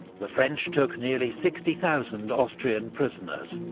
the french took nearly sixty thousand austrian prisoners,